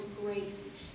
grace